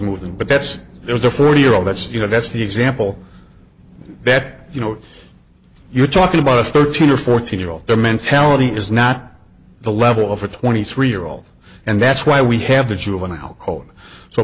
moving but that's there's a forty year old that's you know that's the example that you know you're talking about a thirteen or fourteen year old their mentality is not the level of a twenty three year old and that's why we have the juvenile code so